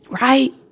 right